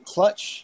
Clutch